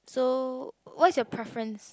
so what's your preference